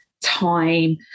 time